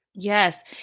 Yes